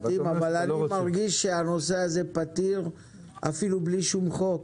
אבל אני מרגיש שהנושא הזה פתיר בלי חוק.